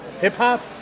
hip-hop